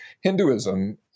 Hinduism